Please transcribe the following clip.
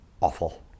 awful